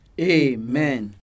Amen